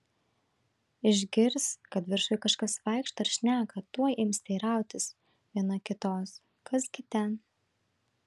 išgirs kad viršuj kažkas vaikšto ar šneka tuoj ims teirautis viena kitos kas gi ten